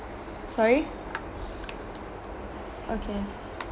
sorry okay